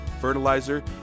fertilizer